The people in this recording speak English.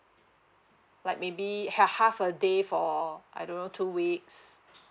like maybe ha~ half a day for I don't know two weeks